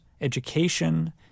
education